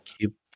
Keep